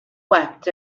wept